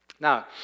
Now